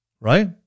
Right